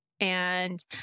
and-